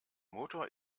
motor